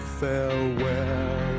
farewell